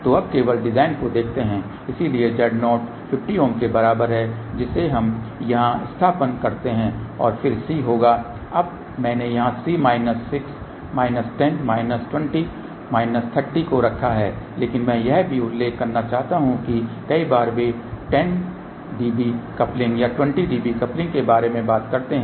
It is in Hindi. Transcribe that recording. तो अब केवल डिज़ाइन को देखते हैं इसलिए Z0 50 Ω के बराबर है जिसे हम यहाँ स्थानापन्न करते हैं और फिर C होगा अब मैंने यहाँ C minus 6 minus 10 minus 20 minus 30 को रखा है लेकिन मैं यह भी उल्लेख करना चाहता हूँ कि कई बार वे 10 dB कपलिंग या 20 dB कपलिंग के बारे में बात करते हैं